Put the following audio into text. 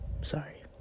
Sorry